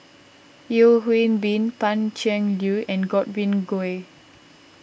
Yeo Hwee Bin Pan Cheng Lui and Godwin Koay